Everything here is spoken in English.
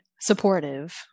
supportive